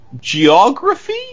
geography